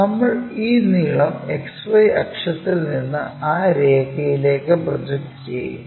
നമ്മൾ ഈ നീളം XY അക്ഷത്തിൽ നിന്ന് ആ രേഖയിലേക്ക് പ്രൊജക്റ്റ് ചെയ്യും